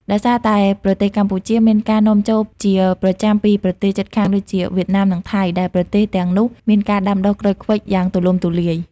ដោយសារតែប្រទេសកម្ពុជាមានការនាំចូលជាប្រចាំពីប្រទេសជិតខាងដូចជាវៀតណាម និងថៃ ដែលប្រទេសទាំងនោះមានការដាំដុះក្រូចឃ្វិចយ៉ាងទូលំទូលាយ។